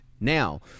Now